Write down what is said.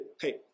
hey